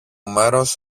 μέρος